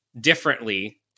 differently